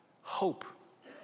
hope